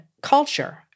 culture